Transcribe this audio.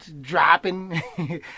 dropping